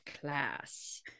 class